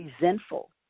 resentful